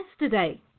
yesterday